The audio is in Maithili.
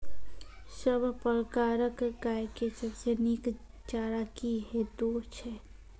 सब प्रकारक गाय के सबसे नीक चारा की हेतु छै?